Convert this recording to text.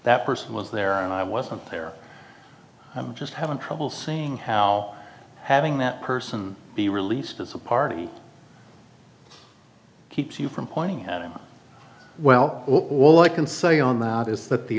that person was there and i wasn't there i'm just having trouble seeing how having that person be released as a party keeps you from pointing at him well all i can say on that is that the